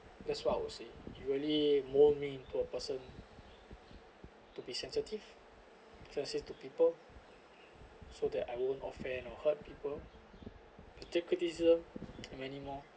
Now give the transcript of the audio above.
that's what I would say it really mould me into a person to be sensitive sensitive to people so that I won't offend or hurt people I take criticism and many more